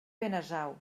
benasau